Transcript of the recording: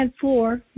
four